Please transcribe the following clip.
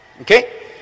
Okay